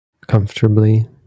comfortably